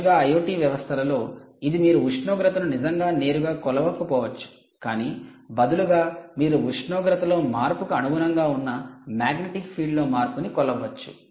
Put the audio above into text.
తరచుగా IoT వ్యవస్థలలో ఇది మీరు ఉష్ణోగ్రతను నిజంగా నేరుగా కొలవకపోవచ్చు కానీ బదులుగా మీరు ఉష్ణోగ్రతలో మార్పుకు అనుగుణంగా ఉన్న మాగ్నెటిక్ ఫీల్డ్లో మార్పును కొలవవచ్చు